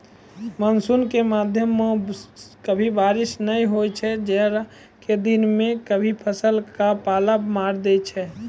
monsoon के समय मॅ कभी बारिश नाय होय छै, जाड़ा के दिनों मॅ कभी फसल क पाला मारी दै छै